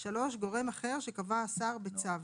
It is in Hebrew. (3) גורם אחר שקבע השר בצו,